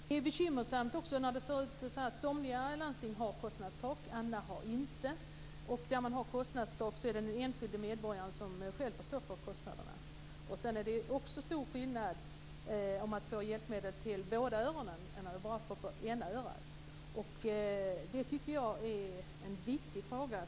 Herr talman! Det är bekymmersamt när somliga landsting har kostnadstak och andra inte. Där man har kostnadstak är det den enskilde medborgaren som själv får stå för kostnaderna. Det är också stor skillnad på att få hjälpmedel till båda öronen och att bara få till ena örat. Jag tycker att detta är en viktig fråga.